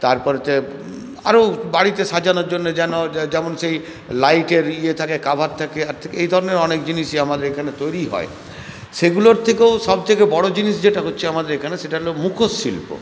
তারপরেতে আরও বাড়িতে সাজানোর জন্য যেন যেমন সেই লাইটের ইয়ে থাকে কাভার থাকে এই ধরণের অনেক জিনিসই আমাদের এইখানে তৈরিই হয় সেগুলোর থেকেও সবথেকে বড়ো জিনিস যেটা হচ্ছে আমাদের এখানে সেটা হল মুখোশ শিল্প